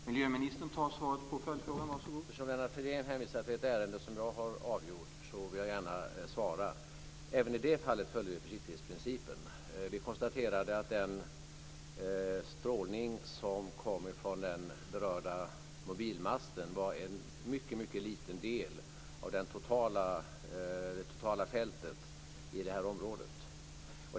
Herr talman! Eftersom Lennart Fridén hänvisar till ett ärende som jag har avgjort vill jag gärna svara. Även i det fallet följde vi försiktighetsprincipen. Vi konstaterade att den strålning som kom från den berörda mobilmasten var en mycket liten del av det totala fältet i det här området.